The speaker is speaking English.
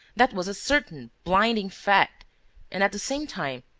that was a certain, blinding fact and, at the same time,